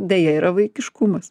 deja yra vaikiškumas